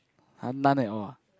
[huh] none at all ah